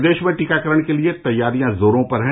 प्रदेश में टीकाकरण के लिए तैयारियां जोरों पर हैं